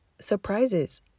surprises